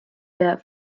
der